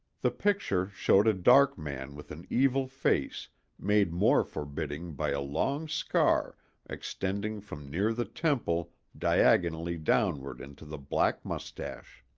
the picture showed a dark man with an evil face made more forbidding by a long scar extending from near the temple diagonally downward into the black mustache.